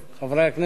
אין ספק